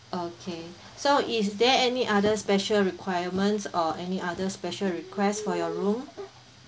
okay so is there any other special requirements or any other special request for your room